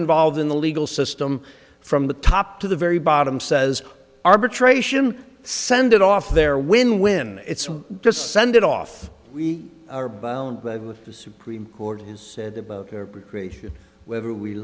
involved in the legal system from the top to the very bottom says arbitration send it off there when when it's just send it off we are bound by the supreme court